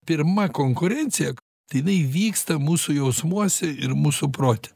pirma konkurencija tai jinai vyksta mūsų jausmuose ir mūsų prote